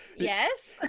yes,